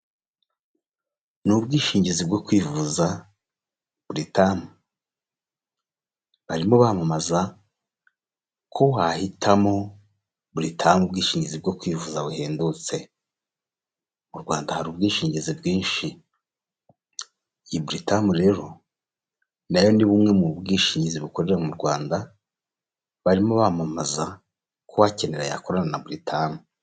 Ni ubwishingizi bwo kwivuza Buritamu. Barimo bamamaza ko wahitamo buritamu ubwishingizi bwo kwivuza buhendutse. Mu Rwanda hari ubwishingizi bwinshi. Iyi Buritamu rero, na yo ni bumwe mu bwishingizi bukorera mu Rwanda, barimo bamamaza ko uwakenera yakorana na Buritamu.